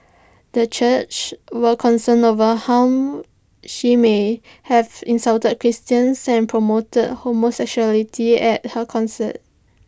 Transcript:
the churches were concerned over how she may have insulted Christians and promoted homosexuality at her concert